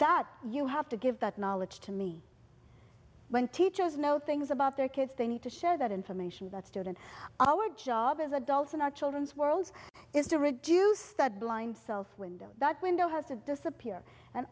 that you have to give that knowledge to me when teachers know things about their kids they need to share that information that student our job as adults in our children's worlds is to reduce that blind self window that window has to disappear and